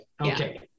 okay